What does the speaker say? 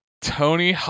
Tony